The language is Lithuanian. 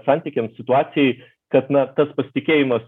santykiams situacijai kad tas pasitikėjimas